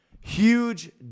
Huge